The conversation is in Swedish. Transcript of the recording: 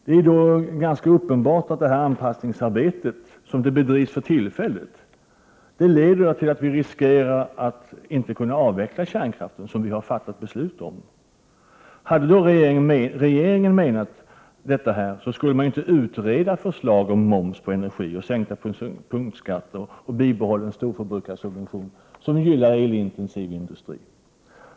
Det är ganska uppenbart att arbetet med anpassning till EG, som det bedrivs för tillfället, leder till att vi riskerar att inte kunna avveckla kärnkraften, såsom vi har fattat beslut om. Om regeringen hade menat detta, skulle man inte utreda 23 förslag om moms på energi, sänkta punktskatter och bibehållen storförbrukarsubvention, som gynnar elintensiv industri.